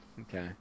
okay